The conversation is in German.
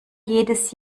jedes